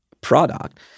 product